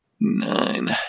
Nine